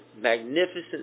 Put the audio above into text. magnificent